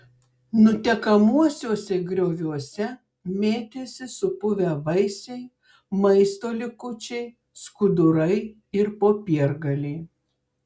nutekamuosiuose grioviuose mėtėsi supuvę vaisiai maisto likučiai skudurai ir popiergaliai